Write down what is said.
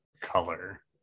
color